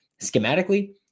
schematically